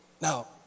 Now